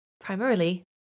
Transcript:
primarily